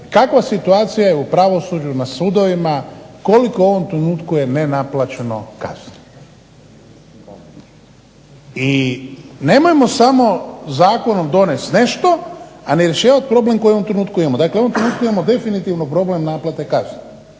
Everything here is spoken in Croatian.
kakva situacija je u pravosuđu na sudovima, koliko u ovom trenutku je nenaplaćeno kazni? I nemojmo samo zakonom donijeti nešto, a ne rješavati problem koji u ovom trenutku imamo. Dakle, u ovom trenutku imamo definitivno problem naplate kazne.